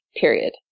period